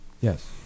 Yes